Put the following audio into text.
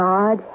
God